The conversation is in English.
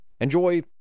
Enjoy